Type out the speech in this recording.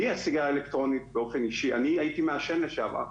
לי הסיגריה האלקטרונית באופן אישי אני הייתי מעשן לשעבר.